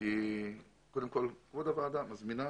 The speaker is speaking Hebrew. כי קודם כול כבוד הוועדה שמזמינה,